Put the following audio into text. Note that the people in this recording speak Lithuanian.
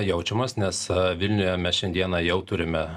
jaučiamas nes vilniuje mes šiandieną jau turime